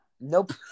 Nope